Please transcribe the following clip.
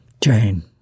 Jane